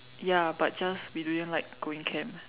ya but just we didn't like going camp